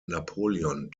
napoleon